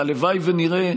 הלוואי שנראה,